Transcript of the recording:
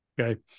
Okay